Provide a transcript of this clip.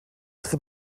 très